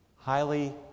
Highly